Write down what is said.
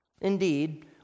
Indeed